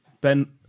Ben